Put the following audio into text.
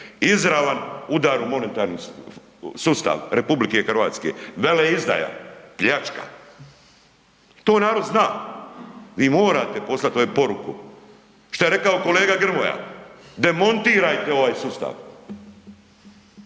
Izravan udar u monetarni sustav RH. Veleizdaja. Pljačka. To narod zna, vi morate poslati ove poruku, što je rekao kolega Grmoja. Demontirajte ovaj sustav.